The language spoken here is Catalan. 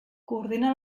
coordina